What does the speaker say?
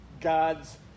God's